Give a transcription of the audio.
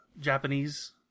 Japanese